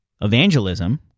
evangelism